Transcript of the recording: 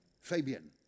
Fabian